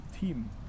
team